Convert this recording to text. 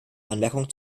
anmerkung